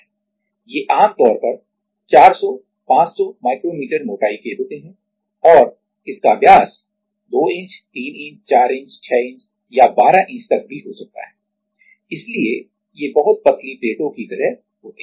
ये आमतौर पर 400 500 माइक्रो मीटर मोटाई के होते हैं और इसका व्यास 2 इंच 3 इंच 4 इंच 6 इंच या 12 इंच तक भी हो सकता है इसलिए ये बहुत पतली प्लेटों की तरह होते हैं